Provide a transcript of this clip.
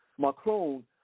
Macron